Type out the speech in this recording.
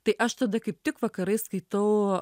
tai aš tada kaip tik vakarais skaitau